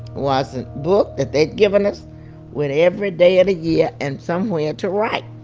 was a book that they'd given us with every day of the year and somewhere to write.